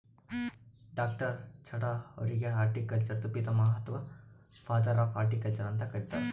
ಡಾ.ಚಢಾ ಅವ್ರಿಗ್ ಹಾರ್ಟಿಕಲ್ಚರ್ದು ಪಿತಾಮಹ ಅಥವಾ ಫಾದರ್ ಆಫ್ ಹಾರ್ಟಿಕಲ್ಚರ್ ಅಂತ್ ಕರಿತಾರ್